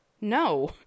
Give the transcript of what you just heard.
No